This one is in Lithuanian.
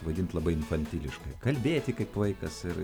vadint labai infantiliškai kalbėti kaip vaikas ir